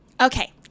okay